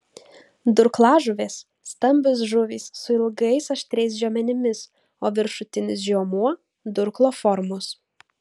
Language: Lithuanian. durklažuvės stambios žuvys su ilgais aštriais žiomenimis o viršutinis žiomuo durklo formos